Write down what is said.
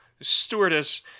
stewardess